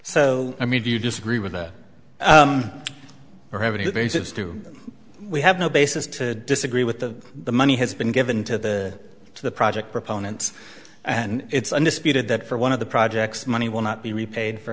so i mean do you disagree with revenue raisers do we have no basis to disagree with the the money has been given to the to the project proponent and it's undisputed that for one of the projects money will not be repaid for